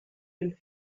den